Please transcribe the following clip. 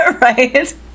Right